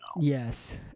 Yes